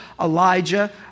Elijah